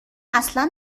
اصلا